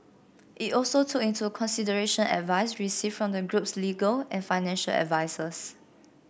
it also took into consideration advice received from the group's legal and financial advisers